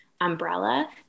umbrella